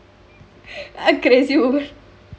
crazy woman